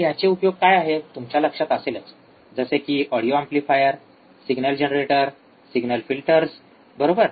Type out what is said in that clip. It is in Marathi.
तर याचे उपयोग काय आहेत तुमच्या लक्षात असेलच जसे की audio amplifier signal generator signal filters बरोबर